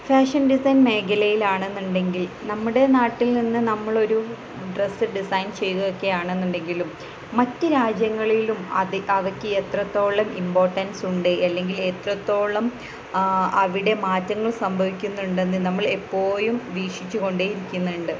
fashion design മേഖലയിലാണെന്നുണ്ടെങ്കിൽ നമ്മുടെ നാട്ടിൽ നിന്ന് നമ്മളൊരു ഡ്രെസ്സ് ഡിസൈൻ ചെയ്തു ഒക്കെയാണെന്നുണ്ടെങ്കിലും മറ്റു രാജ്യങ്ങളിലും അത് അവയ്ക്ക് എത്രത്തോളം ഇമ്പോർട്ടൻസുണ്ട് അല്ലെങ്കിൽ എത്രത്തോളം അവിടെ മാറ്റങ്ങൾ സംഭവിക്കുന്നുണ്ടെന്ന് നമ്മൾ എപ്പോഴും വീക്ഷിച്ചുകൊണ്ടേ ഇരിക്കുന്നുണ്ട്